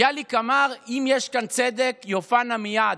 ביאליק אמר: אם יש כאן צדק, יופע נא מייד.